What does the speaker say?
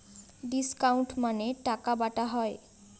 discount মানে টাকা বাটা হয়